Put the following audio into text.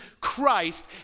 Christ